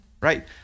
right